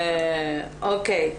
אוקיי.